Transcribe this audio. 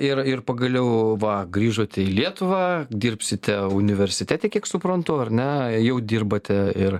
ir ir pagaliau va grįžote į lietuvą dirbsite universitete kiek suprantu ar ne jau dirbate ir